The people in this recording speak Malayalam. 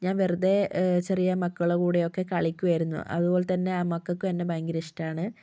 ഞാൻ വെറുതെ ചെറിയ മക്കളുടെ കൂടെയൊക്കെ കളിക്കുമായിരുന്നു അതുപോലെ തന്നെ ആ മക്കൾക്കും എന്നെ ഭയങ്കര ഇഷ്ടമാണ്